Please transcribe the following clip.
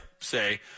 say